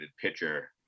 pitcher